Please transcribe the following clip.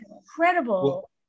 incredible